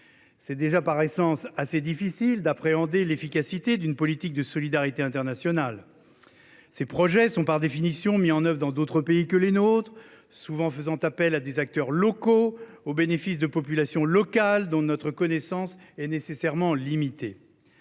est par essence difficile d’appréhender l’efficacité d’une politique de solidarité internationale. Ses projets sont, par définition, mis en œuvre dans d’autres pays que le nôtre, font souvent appel à des acteurs locaux et bénéficient à des populations dont notre connaissance est nécessairement limitée.